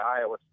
Iowa